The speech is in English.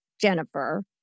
Jennifer